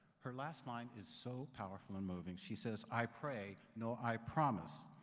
her last line is so powerful and moving. she says, i pray, no, i promise,